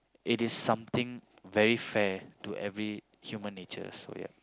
it is something very fair to every human nature so ya